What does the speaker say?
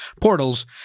portals